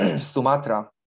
Sumatra